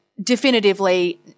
definitively